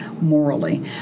morally